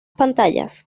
pantallas